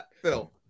Phil